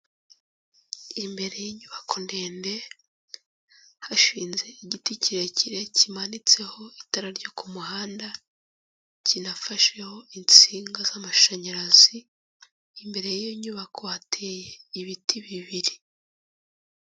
Imbere y'inyubako ndende, hashinze igiti kirekire kimanitseho itara ryo ku muhanda, kinafasheho insinga z'amashanyarazi; imbere y'iyo nyubako, hateye ibiti bibiri.